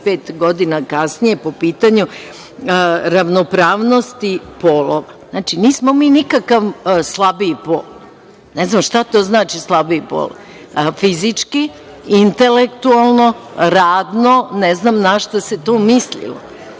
godina kasnije po pitanju ravnopravnosti polova. Znači, nismo mi nikakav slabiji pol. Ne znam šta to znači slabiji pol? Fizički, intelektualno, radno, ne znam na šta se to misli? Sebe